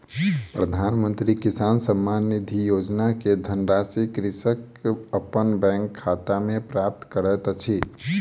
प्रधानमंत्री किसान सम्मान निधि योजना के धनराशि कृषक अपन बैंक खाता में प्राप्त करैत अछि